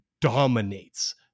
dominates